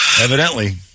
evidently